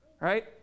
Right